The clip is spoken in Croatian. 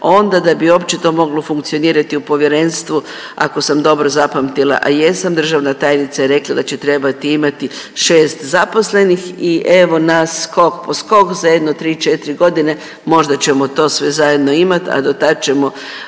onda da bi uopće to moglo funkcionirati u povjerenstvu ako sam dobro zapamtila, a jesam, državna tajnica je rekla da će trebati imati 6 zaposlenih i evo nas skok po skok za jedno 3, 4 godine možda ćemo to sve zajedno imat, a do tad ćemo